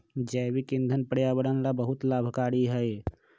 जैविक ईंधन पर्यावरण ला बहुत लाभकारी हई